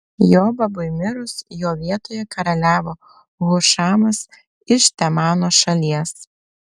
jobabui mirus jo vietoje karaliavo hušamas iš temano šalies